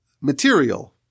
material